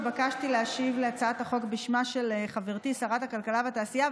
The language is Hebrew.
התבקשתי להשיב להצעת החוק בשמה של חברתי שרת הכלכלה והתעשייה,